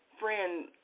friend